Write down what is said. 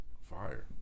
Fire